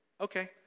Okay